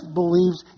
believes